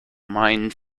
mined